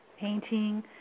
painting